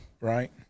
right